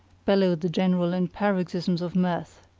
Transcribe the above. bellowed the general in paroxysms of mirth.